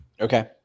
Okay